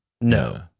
No